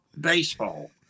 baseball